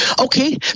Okay